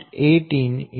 18 0